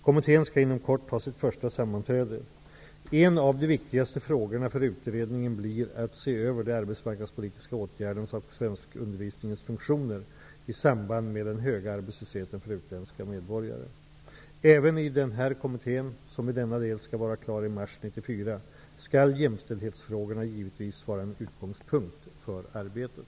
Kommittén skall inom kort ha sitt första sammanträde. En av de viktigaste frågorna för utredningen blir att se över de arbetsmarknadspolitiska åtgärdernas och svenskundervisningens funktioner i samband med den höga arbetslösheten för utländska medborgare. Även i den här kommittén, som i denna del skall vara klar i mars 1994, skall jämställdhetsfrågorna givetvis vara en utgångspunkt för arbetet.